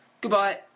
Goodbye